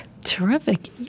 Terrific